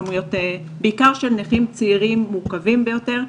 בעיקר של נכים צעירים מורכבים ביותר,